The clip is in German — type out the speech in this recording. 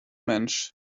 mensch